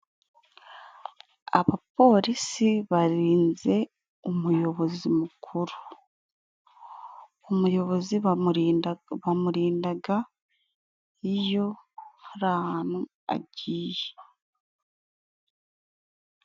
Abapolisi barinze umuyobozi mukuru. Umuyobozi bamurinda bamurindaga iyo hari ahantu agiye.